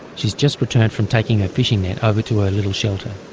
she's just returned from taking her fishing net over to her little shelter.